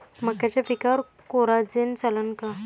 मक्याच्या पिकावर कोराजेन चालन का?